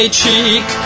cheek